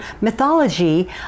mythology